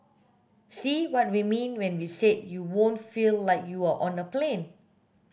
see what we mean when we said you won't feel like you're on a plane